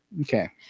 Okay